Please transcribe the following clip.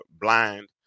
blind